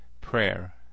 Prayer